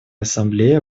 ассамблея